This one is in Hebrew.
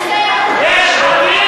יש עתיד,